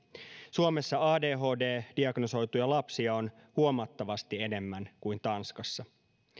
suomessa adhd diagnosoituja lapsia on huomattavasti enemmän kuin tanskassa